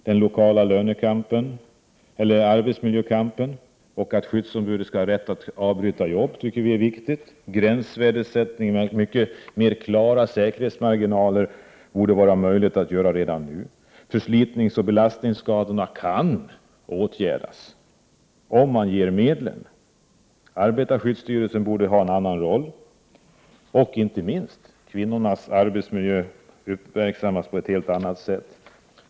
Den lokala arbetsmiljökampen och skyddsombudens rätt att avbryta arbete är viktiga saker. En gränsvärdesättning med mycket klarare säkerhetsmarginaler borde vara möjlig att göra redan nu. Förslitningsoch belastningsskadorna kan åtgärdas, om man anslår medlen. Arbetarskyddsstyrelsen borde ha en annan roll och inte minst kvinnornas arbetsmiljö borde uppmärksammas på ett helt annat sätt.